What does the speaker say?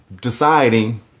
deciding